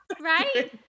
Right